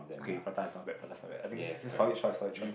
okay prata is not bad prata is not bad I think this solid choice solid choice